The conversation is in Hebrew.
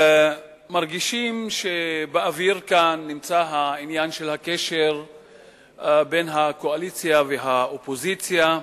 מרגישים שבאוויר נמצא העניין של הקשר בין הקואליציה והאופוזיציה.